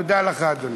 תודה לך, אדוני.